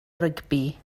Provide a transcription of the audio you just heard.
rygbi